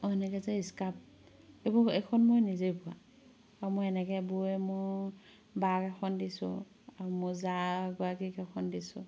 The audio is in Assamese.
আৰু এনেকে যে স্কাফ এইবোৰ এইখন মই নিজে বোৱা আৰু মই এনেকে বৈ মোৰ বাক এখন দিছোঁ আৰু মোৰ জা এগৰাকীক এখন দিছোঁ